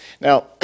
Now